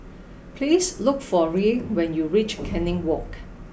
please look for Irl when you reach Canning Walk